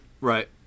Right